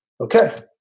okay